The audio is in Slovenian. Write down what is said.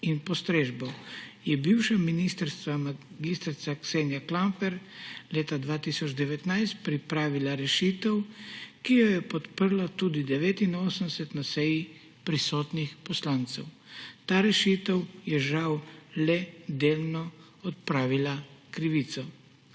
in postrežbo. Bivša ministrica mag. Ksenija Klampfer je leta 2019 pripravila rešitev, ki jo je podprlo tudi 89 na seji prisotnih poslancev. Ta rešitev je žal le delno odpravila krivico.